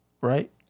Right